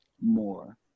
more